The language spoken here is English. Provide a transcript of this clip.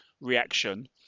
reaction